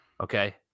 Okay